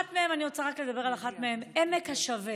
אני רוצה לדבר רק על אחת מהן, "עמק השווה".